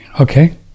Okay